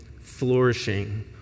flourishing